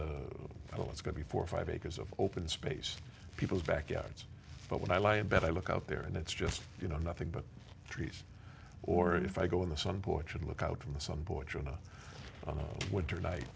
it's going to be four or five acres of open space people's backyards but when i lie in bed i look out there and it's just you know nothing but trees or if i go in the sun porch and look out from the sun porch about on a winter night